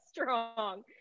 strong